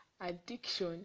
Addiction